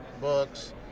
books